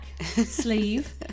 sleeve